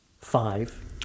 five